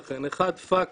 האחד, פקס.